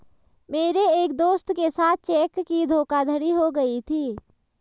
मेरे एक दोस्त के साथ चेक की धोखाधड़ी हो गयी थी